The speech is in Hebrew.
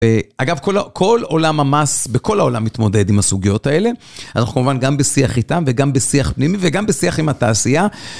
אגב כל עולם המס, בכל העולם מתמודד עם הסוגיות האלה. אנחנו כמובן גם בשיח איתם וגם בשיח פנימי וגם בשיח עם התעשייה.